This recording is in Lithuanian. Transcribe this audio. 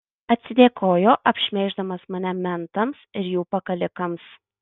atsidėkojo apšmeiždamas mane mentams ir jų pakalikams